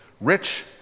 rich